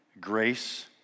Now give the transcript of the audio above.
grace